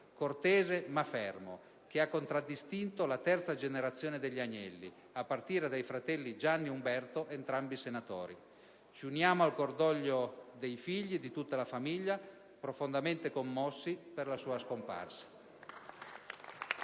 cortese ma fermo, che ha contraddistinto la terza generazione degli Agnelli, a partire dai fratelli Gianni e Umberto, entrambi senatori. Ci uniamo al cordoglio dei figli e di tutta la famiglia, profondamente commossi per la sua scomparsa.